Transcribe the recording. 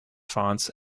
fonts